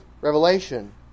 revelation